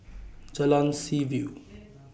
Jalan Seaview